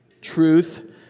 truth